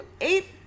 eight